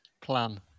plan